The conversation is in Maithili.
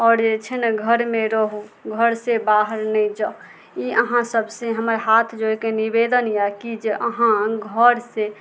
आओर जे छै ने घरमे रहू घर से बाहर नहि जाउ ई अहाँ सभसे हमर हाथ जोइके निवेदन यऽ कि जे अहाँ घर से